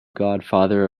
godfather